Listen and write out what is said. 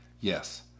Yes